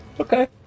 Okay